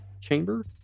chamber